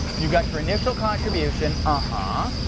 you got your initial contribution. ah huh.